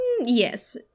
Yes